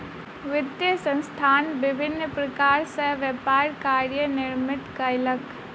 वित्तीय संस्थान विभिन्न प्रकार सॅ व्यापार कार्यान्वित कयलक